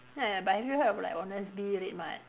but have you heard like honestbee Red Mart